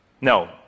No